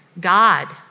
God